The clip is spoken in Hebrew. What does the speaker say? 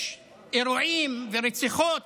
יש אירועים ורציחות